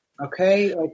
okay